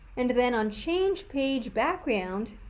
and then on change page background